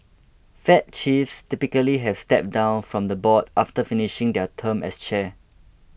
fed chiefs typically have stepped down from the board after finishing their term as chair